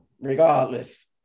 regardless